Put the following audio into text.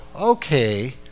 okay